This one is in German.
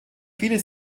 viele